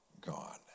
God